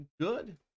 good